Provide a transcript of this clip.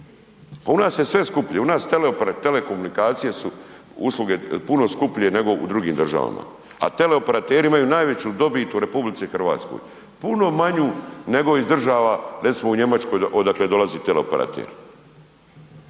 pa u nas je sve skuplje, u nas telekomunikacije su usluge puno skuplje nego u drugim državama, a teleoperateri imaju najveću dobit u RH, puno manju nego iz država recimo u Njemačkoj odakle dolazi teleoperater